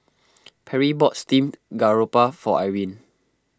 Perri bought Steamed Garoupa for Irene